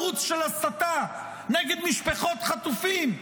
ערוץ של הסתה נגד משפחות חטופים,